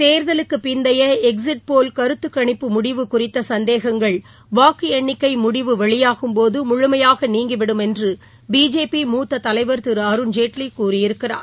தோதலுக்குப் பிந்தைய எக்ஸிட்போல் கருத்துக் கணிப்பு முடிவு குறித்த சந்தேகங்கள் வாக்கு எண்ணிக்கை முடிவு வெளியாகும்போது முழுமையாக நீங்கி விடும் என்று பிஜேபி மூத்த தலைவர் திரு அருண்ஜேட்லி கூறியிருக்கிறார்